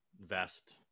vest